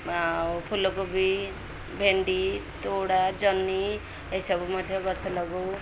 ଆଉ ଫୁଲକୋବି ଭେଣ୍ଡି ତୋଡ଼ା ଜହ୍ନି ଏସବୁ ମଧ୍ୟ ଗଛ ଲଗଉ